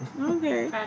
Okay